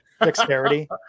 dexterity